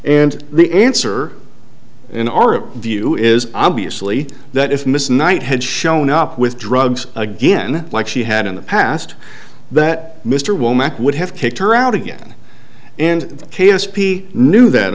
and the answer in our view is obviously that if miss knight had shown up with drugs again like she had in the past that mr womack would have kicked her out again and k s p knew that